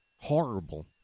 horrible